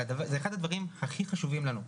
זה אחד הדברים הכי חשובים לנו,